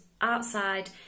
outside